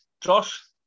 Josh